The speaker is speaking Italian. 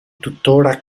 tuttora